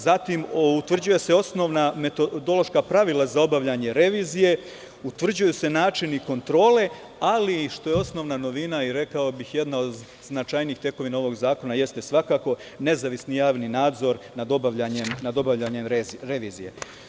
Zatim, utvrđuje se osnovna metodološka pravila za obavljanje revizije, utvrđuju se načini kontroli, ali, što je osnovna novina i rekao bih jedna od značajnijih tekovina ovog zakona jeste svakako nezavisni javni nadzor nad obavljanje revizije.